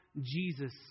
Jesus